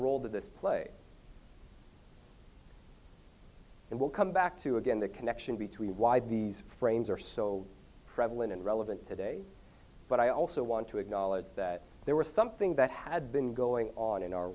this play and we'll come back to again the connection between why these frames are so prevalent and relevant today but i also want to acknowledge that there was something that had been going on in our